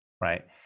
right